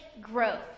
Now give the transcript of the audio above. growth